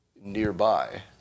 nearby